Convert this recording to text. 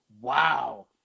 Wow